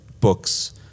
books